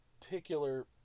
particular